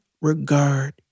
regard